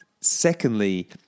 Secondly